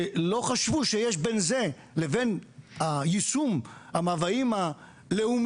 שלא חשבו שיש בין זה לבין יישום המאוויים הלאומיים,